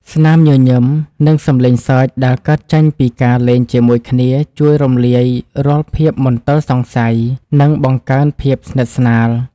ស្នាមញញឹម និងសំឡេងសើចដែលកើតចេញពីការលេងជាមួយគ្នាជួយរំលាយរាល់ភាពមន្ទិលសង្ស័យ និងបង្កើនភាពស្និទ្ធស្នាល។